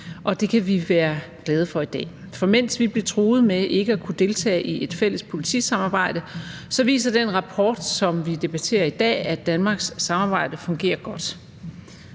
og det kan vi være glade for i dag. For mens vi blev truet med ikke at kunne deltage i et fælles politisamarbejde, viser den rapport, som vi debatterer i dag, at Danmarks samarbejde fungerer godt.